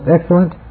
excellent